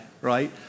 right